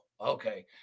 okay